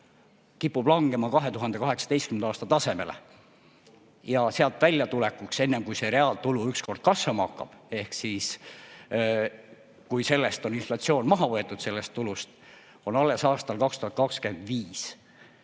kipub langema 2018. aasta tasemele. Ja sealt väljatulek, enne kui see reaaltulu ükskord kasvama hakkab ehk siis, kui sellest tulust on inflatsioon maha võetud, on alles aastal 2025.